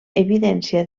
evidència